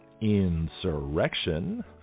insurrection